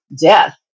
death